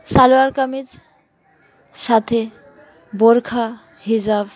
সালোয়ার কামিজ সাথে বোরখা হিজাব